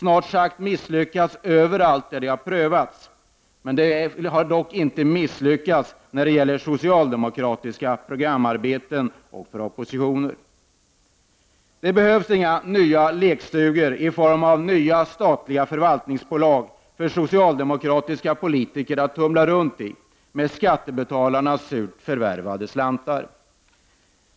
De har misslyckats snart sagt överallt där de har prövats, dock inte i socialdemokratiska programarbeten och propositioner. Det behövs inga nya lekstugor i form av nya statliga förvaltningsbolag för socialdemokratiska politiker att tumla runt i med skattebetalarnas surt för värvade slantar.